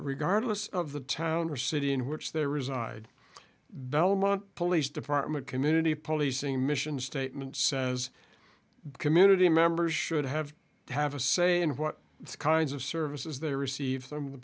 regardless of the town or city in which they reside belmont police department community policing mission statement says community members should have to have a say in what kinds of services they received from the